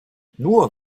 nur